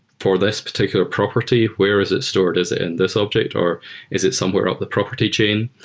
for this particular property, where is it stored? is it in this object or is it somewhere out the property chain?